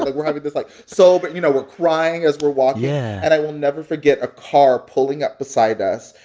but we're having this, like, soul but you know, we're crying as we're walking yeah and i will never forget a car pulling up beside us.